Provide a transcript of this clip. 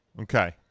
Okay